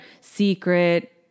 Secret